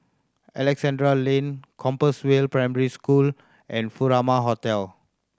Alexandra Lane Compassvale Primary School and Furama Hotel